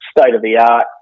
state-of-the-art